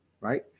right